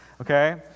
okay